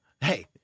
Hey